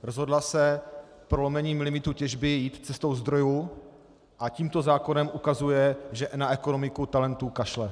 Rozhodla se prolomením limitů těžby jít cestou zdrojů a tímto zákonem ukazuje, že na ekonomiku talentů kašle.